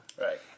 Right